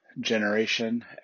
generation